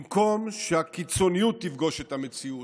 במקום שהקיצוניות תפגוש את המציאות,